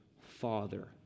Father